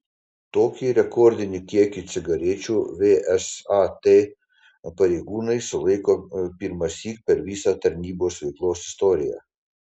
tokį rekordinį kiekį cigarečių vsat pareigūnai sulaiko pirmąsyk per visą tarnybos veiklos istoriją